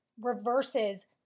reverses